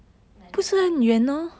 and I never tell you all